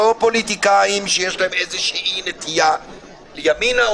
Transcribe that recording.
לא פוליטיקאים שיש להם איזושהי נטייה לימינה,